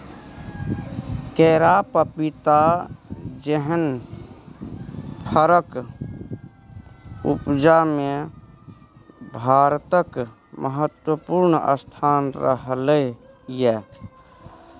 केरा, पपीता जेहन फरक उपजा मे भारतक महत्वपूर्ण स्थान रहलै यै